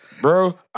bro